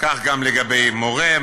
כך גם לגבי מורה,